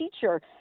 teacher